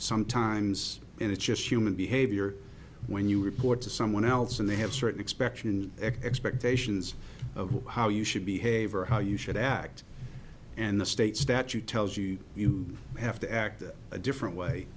sometimes it's just human behavior when you report to someone else and they have certain expection expectations of how you should behave or how you should act and the state statute tells you you have to act a different way